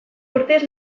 urtez